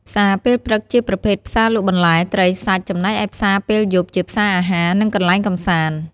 ផ្សារពេលព្រឹកជាប្រភេទផ្សារលក់បន្លែ ត្រី សាច់ ចំណែកឯផ្សារពេលយប់ជាផ្សារអាហារ និងកន្លែងកម្សាន្ត។